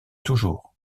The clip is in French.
toujours